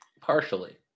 partially